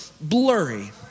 blurry